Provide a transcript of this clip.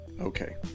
Okay